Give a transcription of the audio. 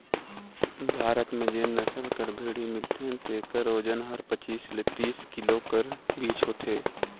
भारत में जेन नसल कर भेंड़ी मिलथे तेकर ओजन हर पचीस ले तीस किलो कर बीच होथे